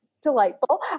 Delightful